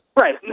Right